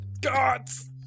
gods